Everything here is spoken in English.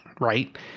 Right